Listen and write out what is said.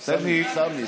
סמי.